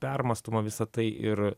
permąstoma visa tai ir